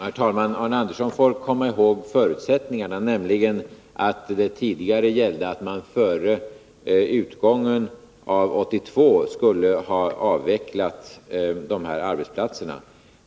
Herr talman! Arne Andersson får komma ihåg förutsättningarna, nämligen att det tidigare gällde att man före utgången av 1982 skulle ha avvecklat de här förläggningarna.